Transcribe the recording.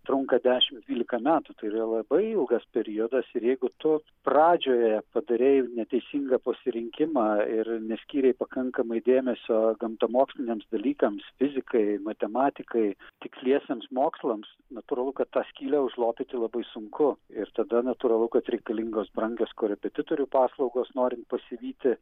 trunka dešim dvylika metų tai yra labai ilgas periodas ir jeigu tu pradžioje padarei neteisingą pasirinkimą ir neskyrei pakankamai dėmesio gamtamoksliniams dalykams fizikai matematikai tiksliesiems mokslams natūralu kad tą skylę užlopyti labai sunku ir tada natūralu kad reikalingos brangios korepetitorių paslaugos norint pasivyti